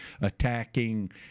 attacking